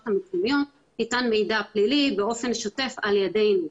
המקומיות ניתן מידע פלילי באופן שוטף על ידינו.